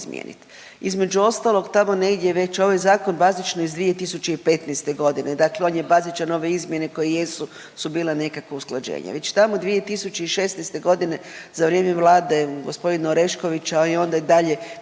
Između ostalog, tamo negdje već, ovo je zakon bazično iz 2015. godine dakle on je bazičan, ove izmjene koje jesu su bile nekakvo usklađenje. Već tamo 2016. godine za vrijeme Vlade gospodina Oreškovića i onda dalje